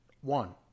one